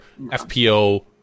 FPO